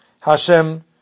Hashem